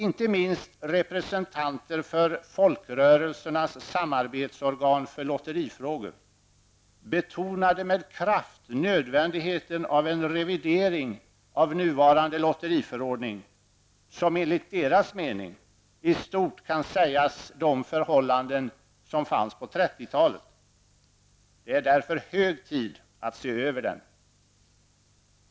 Inte minst representanter för Folkrörelsernas samarbetsorgan för lotterifrågor betonade med kraft nödvändigheten av en revidering av nuvarande lotteriförordning som, enligt deras mening, i stort kan sägas gälla de förhållanden som fanns på 30-talet. Det är därför hög tid att se över den.